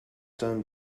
done